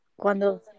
cuando